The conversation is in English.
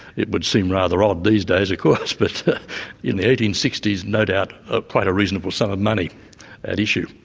it would seem rather odd these days of course, but in the eighteen sixty s no doubt ah quite a reasonable sum of money at issue.